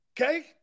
Okay